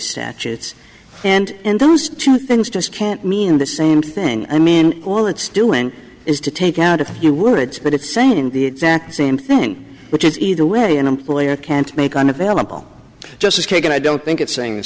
statutes and those two things just can't mean the same thing i mean all it's doing is to take out a few words but it's saying the exact same thing which is either way an employer can't make unavailable justice kagan i don't think it's saying the